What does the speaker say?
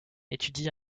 étudie